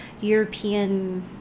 European